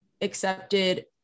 accepted